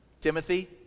Timothy